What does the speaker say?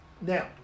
now